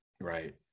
right